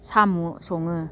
साम' सङो